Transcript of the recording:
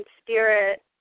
spirit